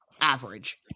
average